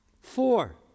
Four